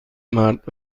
مرد